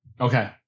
Okay